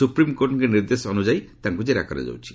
ସୁପ୍ରିମ୍କୋର୍ଟଙ୍କ ନିର୍ଦ୍ଦେଶ ଅନୁଯାୟୀ ତାଙ୍କୁ ଜେରା କରାଯାଉଛି